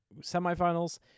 semifinals